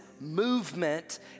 movement